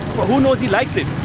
but who knows he like so it?